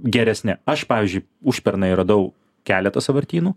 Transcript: geresne aš pavyzdžiui užpernai radau keletą sąvartynų